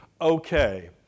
okay